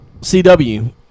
CW